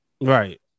Right